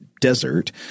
desert